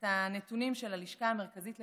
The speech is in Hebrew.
את הנתונים של הלשכה המרכזית לסטטיסטיקה,